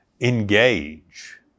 engage